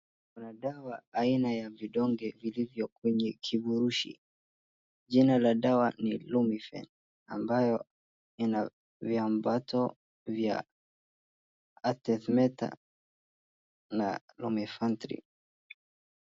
Kuna dawa aina ya vidonge vilivyo kwenye kiburushi. Jina la dawa ni LUMEFEN ambayo ina viambato vya Artemether na Lumefantrine .